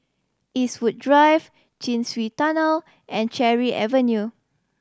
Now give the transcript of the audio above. Eastwood Drive Chin Swee Tunnel and Cherry Avenue